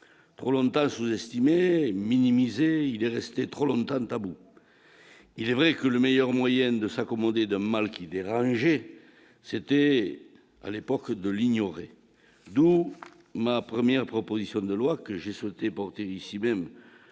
Hollande pas sous-estimé minimisé, il est resté trop longtemps tabou, il est vrai que le meilleur moyen de s'accommoder d'un mal qui dérangeait, c'était à l'époque de l'ignorer, d'où ma première proposition de loi que j'ai souhaité porter ici même,